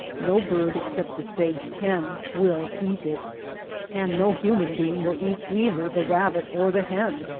no bird except the sage hen will eat it and no human being will eat either the rabbit or the hen,